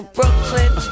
Brooklyn